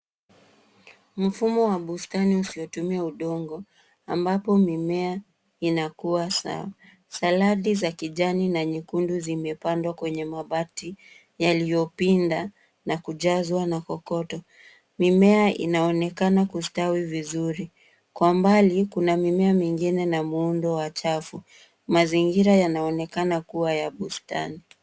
Mfumo wa bustani usiotumia udongo, ambapo mimea inakuwa sawa. Saladi za kijani na nyekundu zimepandwa kwenye mabati, yaliyopinda, na kujazwa na kokoto. Mimea inaonekana kustawi vizuri. Kwa mbali, kuna mimea mingine na muundo wa chafu. Mazingira yanaonekana kuwa ya bustani.